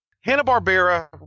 Hanna-Barbera